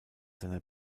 seiner